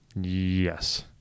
Yes